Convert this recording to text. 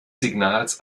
signals